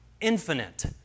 infinite